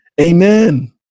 Amen